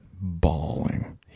bawling